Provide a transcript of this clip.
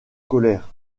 colère